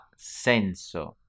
senso